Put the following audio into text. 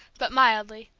but mildly,